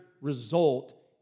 result